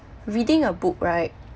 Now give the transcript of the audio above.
reading a book right